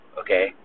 okay